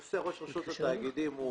למעשה ראש רשות התאגידים הוא